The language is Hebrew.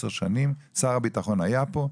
שר הביטחון היה פה,